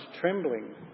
trembling